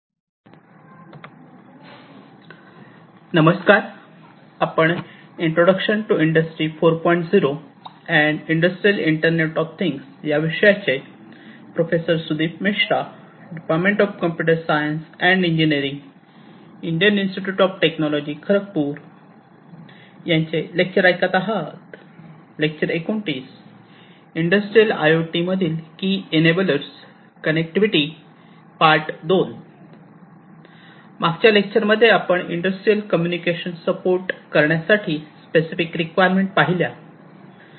मागच्या लेक्चरमध्ये आपण इंडस्ट्रियल कम्युनिकेशन सपोर्ट करणेसाठीच्या स्पेसिफिक रिक्वायरमेंट पहिल्या